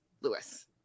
Lewis